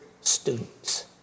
students